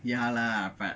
ya lah but